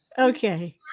Okay